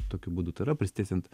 tokiu būdu tai yra prisiteisiant